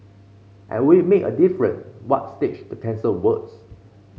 and would it make a difference what stage the cancer was